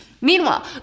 Meanwhile